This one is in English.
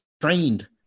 trained